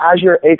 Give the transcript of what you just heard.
Azure